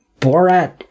Borat